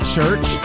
Church